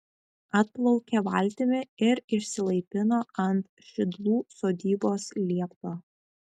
atplaukė valtimi ir išsilaipino ant šidlų sodybos liepto